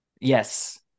yes